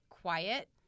quiet